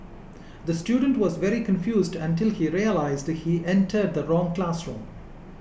the student was very confused until he realised he entered the wrong classroom